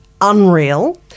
unreal